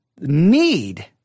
need